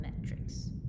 metrics